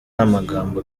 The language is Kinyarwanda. amagambo